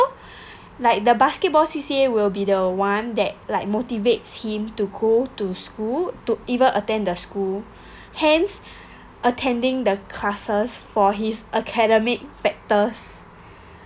like the basketball C_C_A will be the one that like motivates him to go to school to even attend the school hence attending the classes for his academic factors